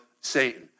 Satan